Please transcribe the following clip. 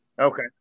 Okay